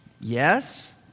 Yes